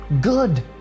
good